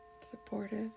supportive